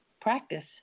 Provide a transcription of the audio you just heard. practice